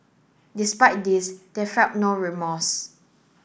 despite this they felt no remorse